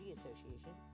Association